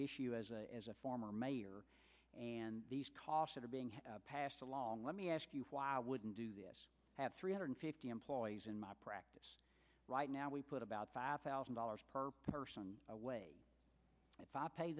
issue as a as a former mayor and these costs are being passed along let me ask you why wouldn't do this three hundred fifty employees in my practice right now we put about five thousand dollars per person away if i pay